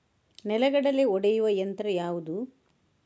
ನೆಲಗಡಲೆ ಒಡೆಯುವ ಯಂತ್ರ ಯಾವುದು?